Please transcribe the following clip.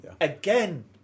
again